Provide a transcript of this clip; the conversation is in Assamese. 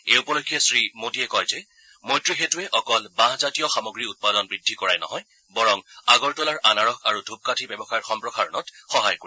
এই উপলক্ষে শ্ৰীমোদীয়ে কয় যে মৈত্ৰী সেঁতুৰে অকল বাঁহজাতীয় সামগ্ৰী উৎপাদন বৃদ্ধি কৰাই নহয় বৰং আগৰতলাৰ আনাৰস আৰু ধুপকাঠি ব্যৱসায়ৰ সম্প্ৰসাৰণত সহায় কৰিব